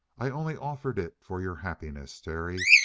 i only offered it for your happiness, terry.